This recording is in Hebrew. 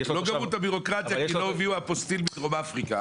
לא סיימו את הבירוקרטיה כי לא הביאו אפוסטיל מדרום אפריקה.